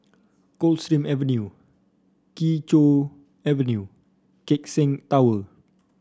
Coldstream Avenue Kee Choe Avenue Keck Seng Tower